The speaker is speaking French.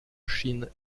chine